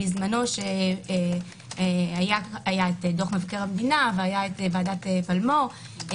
בזמנו, היה דוח מבקר המדינה והיתה ועדת פלמור.